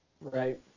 Right